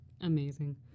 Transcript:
amazing